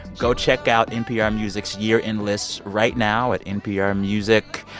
go check out npr music's year-end lists right now at npr music,